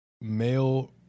male